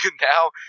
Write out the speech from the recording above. Now